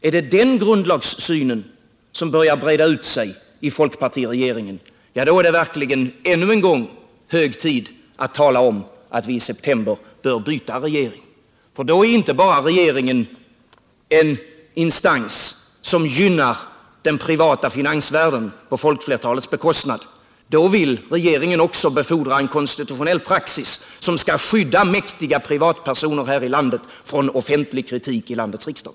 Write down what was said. Är det den grundlagssynen som börjar breda ut sig i folkpartiregeringen, då är det verkligen ännu en gång hög tid att tala om att vi i september bör byta regering. Då är regeringen inte bara en instans som gynnar den privata finansvärlden på folkflertalets bekostnad, utan då vill regeringen också befordra en konstitutionell praxis som skall skydda mäktiga privatpersoner här i landet för offentlig kritik i landets riksdag.